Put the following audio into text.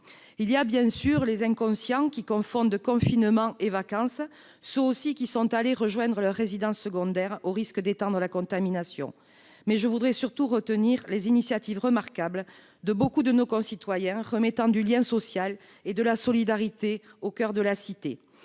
Il y a, bien sûr, les inconscients, qui confondent confinement et vacances. Ceux aussi qui sont allés rejoindre leur résidence secondaire au risque d'étendre la contamination. Mais je voudrais surtout retenir les initiatives remarquables de beaucoup de nos concitoyens, remettant du lien social et de la solidarité au coeur de la cité